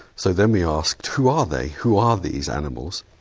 so then we asked who are they, who are these animals?